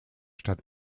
stadt